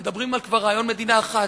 כבר מדברים היום על מדינה אחת.